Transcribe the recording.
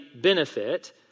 benefit